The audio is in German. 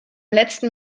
letzten